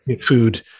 food